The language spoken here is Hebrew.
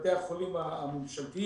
בתי החולים הממשלתיים,